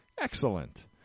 Excellent